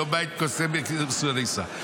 שלום בית קודם לפרסומי ניסא.